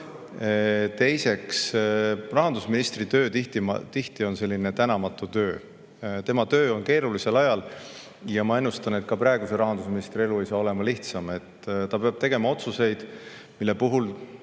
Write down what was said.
rahandusministri töö on tihti tänamatu töö. Tema töö toimus keerulisel ajal. Ma ennustan, et ka praeguse rahandusministri elu ei saa olema lihtsam. Ta peab tegema otsuseid, mille puhul